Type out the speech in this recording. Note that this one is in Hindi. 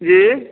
जी